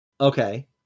Okay